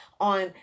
on